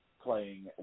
playing